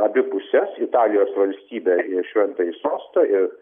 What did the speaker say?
abi puses italijos valstybę ir šventąjį sostą ir